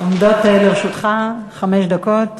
לרשותך חמש דקות.